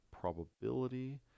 probability